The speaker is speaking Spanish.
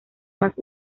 más